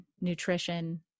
nutrition